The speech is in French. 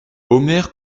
omer